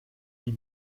die